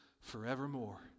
forevermore